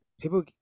people